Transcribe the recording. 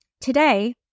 Today